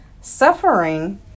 suffering